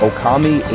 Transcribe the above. Okami